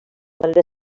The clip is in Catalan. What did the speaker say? manera